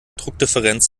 druckdifferenz